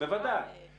וזה לא רק זה.